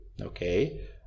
Okay